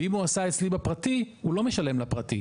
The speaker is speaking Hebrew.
ואם הוא עשה אצלי בפרטי הוא לא משלם לפרטי.